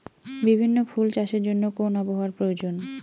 বিভিন্ন ফুল চাষের জন্য কোন আবহাওয়ার প্রয়োজন?